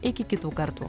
iki kitų kartų